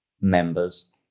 members